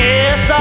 Yes